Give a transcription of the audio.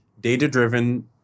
data-driven